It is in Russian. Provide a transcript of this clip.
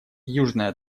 южная